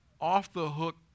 off-the-hook